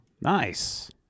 nice